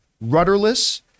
rudderless